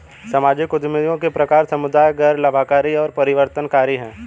सामाजिक उद्यमियों के प्रकार समुदाय, गैर लाभकारी और परिवर्तनकारी हैं